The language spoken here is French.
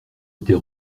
était